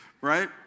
right